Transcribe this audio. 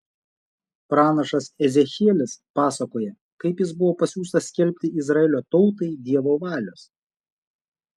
pranašas ezechielis pasakoja kaip jis buvo pasiųstas skelbti izraelio tautai dievo valios